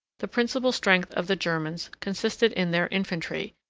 the principal strength of the germans consisted in their infantry,